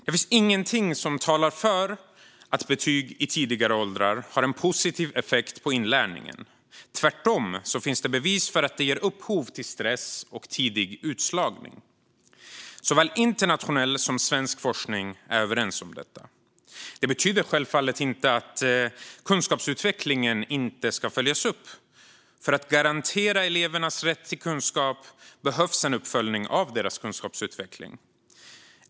Det finns ingenting som talar för att betyg i tidiga åldrar har en positiv effekt på inlärningen. Tvärtom finns det bevis för att det ger upphov till stress och tidig utslagning. Såväl internationell som svensk forskning är överens om detta. Det betyder självfallet inte att kunskapsutvecklingen inte ska följas upp. För att garantera elevernas rätt till kunskap behövs en uppföljning av deras kunskapsutveckling.